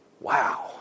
Wow